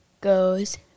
goes